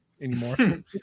anymore